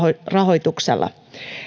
rahoituksella